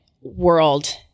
world